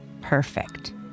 perfect